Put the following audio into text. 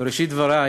בראשית דברי